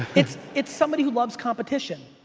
it's it's somebody who loves competition.